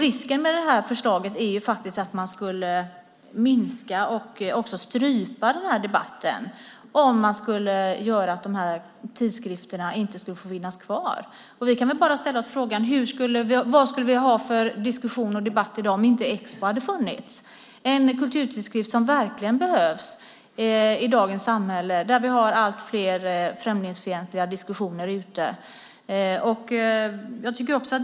Risken med förslaget är att man minskar och stryper debatten om tidskrifterna inte får finnas kvar. Vad skulle vi ha för debatt i dag om inte Expo hade funnits? Det är en kulturtidskrift som verkligen behövs i dagens samhälle med allt fler främlingsfientliga diskussioner.